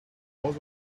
was